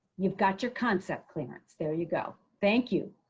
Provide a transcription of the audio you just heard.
you've got your concept clearance, there you go. thank you.